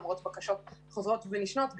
למרות בקשות חוזרות ונשנות,